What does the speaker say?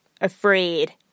afraid